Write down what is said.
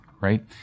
right